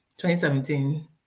2017